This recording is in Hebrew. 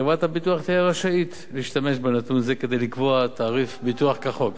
חברת הביטוח תהא רשאית להשתמש בנתון זה כדי לקבוע תעריף ביטוח כחוק.